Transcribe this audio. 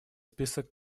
список